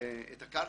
את הקרקע.